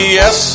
yes